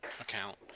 account